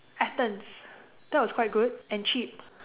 Athens that was quite good and cheap